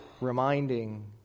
reminding